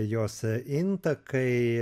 jos intakai